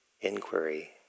inquiry